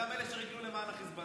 ח"כים מהימין.